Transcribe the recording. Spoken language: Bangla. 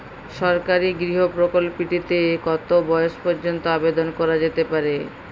সরকারি গৃহ প্রকল্পটি তে কত বয়স পর্যন্ত আবেদন করা যেতে পারে?